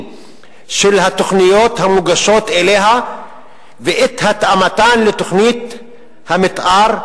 של התוכניות המוגשות אליה ואת התאמתן לתוכנית המיתאר,